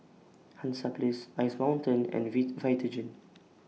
Hansaplast Ice Mountain and V Vitagen